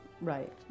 right